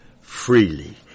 freely